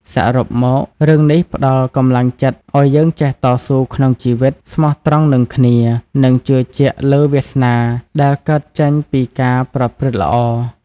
សរុបមករឿងនេះផ្តល់កម្លាំងចិត្តឲ្យយើងចេះតស៊ូក្នុងជីវិត ស្មោះត្រង់នឹងគ្នា និងជឿជាក់លើវាសនាដែលកើតចេញពីការប្រព្រឹត្តល្អ។